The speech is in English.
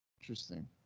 Interesting